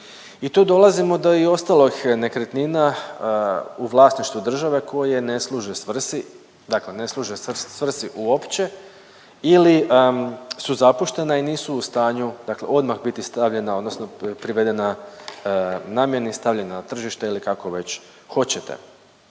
I tu dolazimo do i ostalih nekretnina u vlasništvu države koje ne služe svrsi, dakle ne služe svrsi uopće ili su zapuštena i nisu u stanju dakle odmah biti stavljena odnosno privedena namjeni i stavljena na tržište ili kako već hoćete.